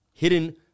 Hidden